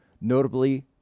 notably